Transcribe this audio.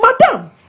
Madam